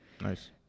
Nice